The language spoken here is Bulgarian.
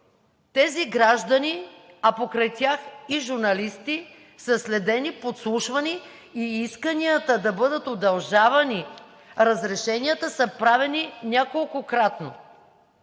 Тези граждани, а покрай тях и журналисти, са следени, подслушвани и исканията да бъдат удължавани разрешенията са правени неколкократно.